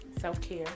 self-care